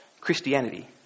Christianity